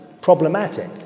problematic